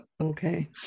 okay